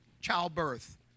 Childbirth